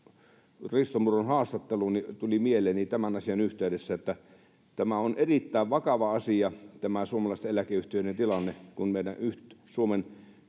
Risto Murron haastattelun, niin tuli mieleeni tämän asian yhteydessä, että tämä on erittäin vakava asia, tämä suomalaisten eläkeyhtiöiden tilanne, kun meidän suomalaisen